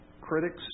critics